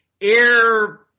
air